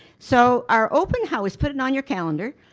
so our open house, put it on your calendar,